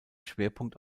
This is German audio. schwerpunkt